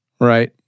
right